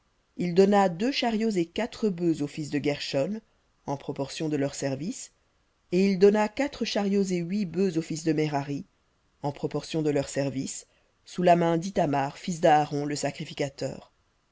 il donna deux chariots et quatre bœufs aux fils de guershon en proportion de leur service et il donna quatre chariots et huit bœufs aux fils de merari en proportion de leur service sous la main d'ithamar fils d'aaron le sacrificateur